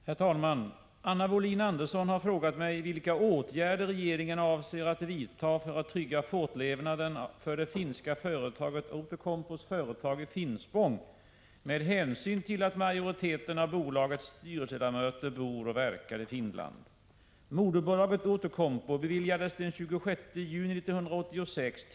Herr talman! Anna Wohlin-Andersson har frågat mig vilka åtgärder regeringen avser att vidta för att trygga fortlevnaden för det finska bolaget Outokumpus företag i Finspång med hänsyn till att majoriteten av bolagets styrelseledamöter bor och verkar i Finland.